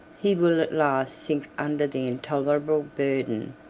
he will at last sink under the intolerable burden,